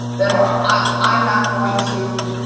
then i'm not going to,